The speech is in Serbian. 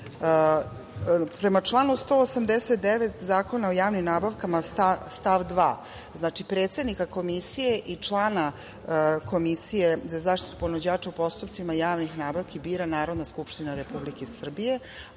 članu 189. Zakona o javnim nabavkama stav 2. predsednika Komisije i člana Komisije za zaštitu ponuđača u postupcima javnih nabavki bira Narodna skupština Republike Srbije,